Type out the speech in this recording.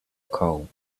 call